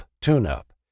Tune-Up